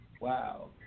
Wow